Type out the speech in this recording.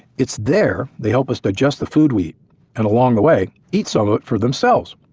it's there they help us digest the food we eat and along the way eat some of it for themselves,